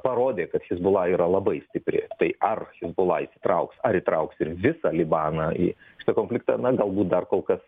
parodė kad hezbollah yra labai stipri tai ar hezbollah įsitrauks ar įtrauks ir visą libaną į šitą konfliktą na galbūt dar kol kas